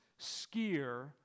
skier